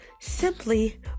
simply